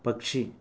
పక్షి